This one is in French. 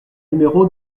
numéro